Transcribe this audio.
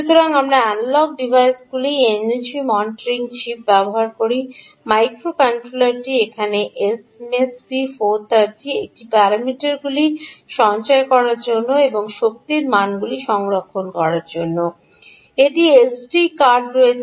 সুতরাং আমরা অ্যানালগ ডিভাইসগুলি এনার্জি মনিটরিং চিপ ব্যবহার করি মাইক্রোকন্ট্রোলারটি এখানে এমএসপি 430 একটি প্যারামিটারগুলি সঞ্চয় করার জন্য এবং শক্তি মানগুলি সংরক্ষণ করার জন্য একটি এসডি কার্ড রয়েছে